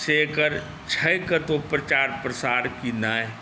से एकर छै कतहु प्रचार प्रसार की नहि